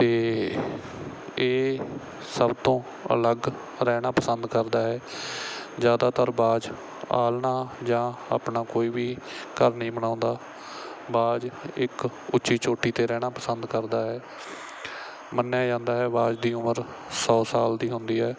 ਅਤੇ ਇਹ ਸਭ ਤੋਂ ਅਲੱਗ ਰਹਿਣਾ ਪਸੰਦ ਕਰਦਾ ਹੈ ਜ਼ਿਆਦਾਤਰ ਬਾਜ ਆਲ੍ਹਣਾ ਜਾਂ ਆਪਣਾ ਕੋਈ ਵੀ ਘਰ ਨਹੀਂ ਬਣਾਉਂਦਾ ਬਾਜ ਇੱਕ ਉੱਚੀ ਚੋਟੀ 'ਤੇ ਰਹਿਣਾ ਪਸੰਦ ਕਰਦਾ ਹੈ ਮੰਨਿਆ ਜਾਂਦਾ ਹੈ ਬਾਜ ਦੀ ਉਮਰ ਸੌ ਸਾਲ ਦੀ ਹੁੰਦੀ ਹੈ